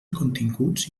continguts